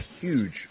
huge